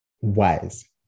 wise